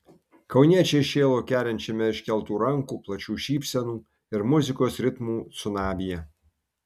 kauniečiai šėlo kerinčiame iškeltų rankų plačių šypsenų ir muzikos ritmų cunamyje